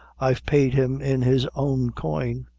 i've paid him in his own coin.